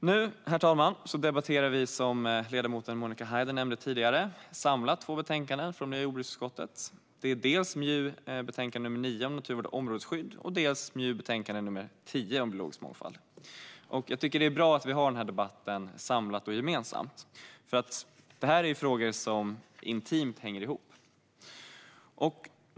Nu, herr talman, debatterar vi, som ledamoten Monica Haider nämnde tidigare, samlat två betänkanden från miljö och jordbruksutskottet, dels MJU9 Naturvård och områdesskydd , dels MJU10 Biologisk mångfald . Det är bra att vi har debatten gemensamt eftersom det är frågor som intimt hänger ihop.